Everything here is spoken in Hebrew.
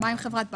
עם חברת בית?